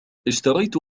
اشتريت